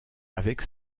avec